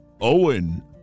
Owen